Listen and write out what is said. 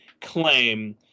claim